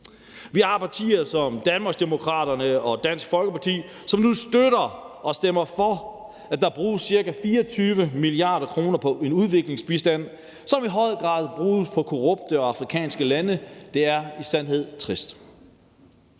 Vi har partier som Danmarksdemokraterne og Dansk Folkeparti, som nu støtter og stemmer for, at der bruges ca. 24 mia. kr. på en udviklingsbistand, som i højere grad bruges på korrupte afrikanske lande, og det er i sandhed trist.